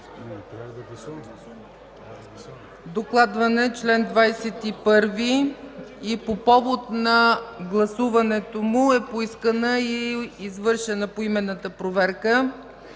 Докладван е чл. 21 и по повод гласуването му е поискана и извършена поименната проверка.